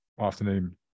afternoon